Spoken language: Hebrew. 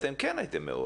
אתם כן הייתם מעורבים.